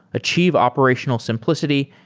achieve operational simplicity,